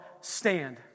Stand